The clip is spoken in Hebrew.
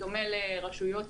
בדומה לרשויות